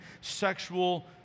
sexual